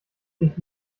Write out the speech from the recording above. sich